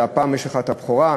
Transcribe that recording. והפעם לך הבכורה.